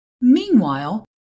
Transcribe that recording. Meanwhile